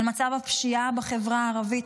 על מצב הפשיעה בחברה הערבית.